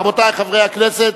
רבותי חברי הכנסת.